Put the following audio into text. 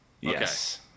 Yes